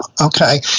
okay